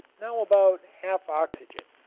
now about half oxygen,